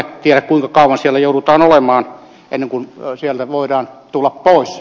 tiedä kuinka kauan siellä joudutaan olemaan ennen kuin sieltä voidaan tulla pois